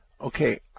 Okay